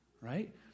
right